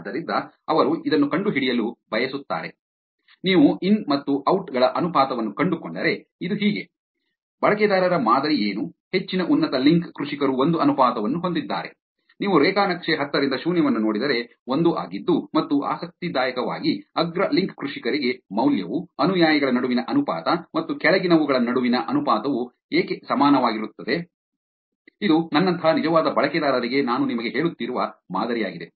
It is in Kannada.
ಆದ್ದರಿಂದ ಅವರು ಇದನ್ನು ಕಂಡುಹಿಡಿಯಲು ಬಯಸುತ್ತಾರೆ ನೀವು ಇನ್ ಮತ್ತು ಔಟ್ಗಳ ಅನುಪಾತವನ್ನು ಕಂಡುಕೊಂಡರೆ ಇದು ಹೇಗೆ ಬಳಕೆದಾರರ ಮಾದರಿ ಏನು ಹೆಚ್ಚಿನ ಉನ್ನತ ಲಿಂಕ್ ಕೃಷಿಕರು ಒಂದು ಅನುಪಾತವನ್ನು ಹೊಂದಿದ್ದಾರೆ ನೀವು ರೇಖಾ ನಕ್ಷೆ ಹತ್ತರಿಂದ ಶೂನ್ಯವನ್ನು ನೋಡಿದರೆ ಒಂದು ಆಗಿದ್ದು ಮತ್ತು ಆಸಕ್ತಿದಾಯಕವಾಗಿ ಅಗ್ರ ಲಿಂಕ್ ಕೃಷಿಕರಿಗೆ ಮೌಲ್ಯವು ಅನುಯಾಯಿಗಳ ನಡುವಿನ ಅನುಪಾತ ಮತ್ತು ಕೆಳಗಿನವುಗಳ ನಡುವಿನ ಅನುಪಾತವು ಏಕೆ ಸಮಾನವಾಗಿರುತ್ತದೆ ಇದು ನನ್ನಂತಹ ನಿಜವಾದ ಬಳಕೆದಾರರಿಗೆ ನಾನು ನಿಮಗೆ ಹೇಳುತ್ತಿರುವ ಮಾದರಿಯಾಗಿದೆ